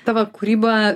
tavo kūryba